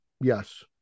yes